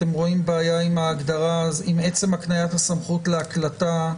אתם רואים בעיה עם עצם הקניית הסמכות להקלטה?